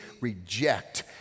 reject